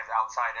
outside